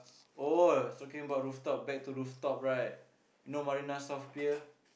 oh is talking about rooftop back to rooftop right you know Marina-South-Pier